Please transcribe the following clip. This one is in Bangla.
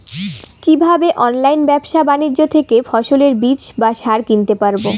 কীভাবে অনলাইন ব্যাবসা বাণিজ্য থেকে ফসলের বীজ বা সার কিনতে পারবো?